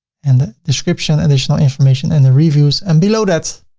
and the description, additional information and the reviews. and below that